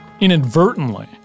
inadvertently